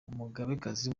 umugabekazi